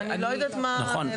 נכון.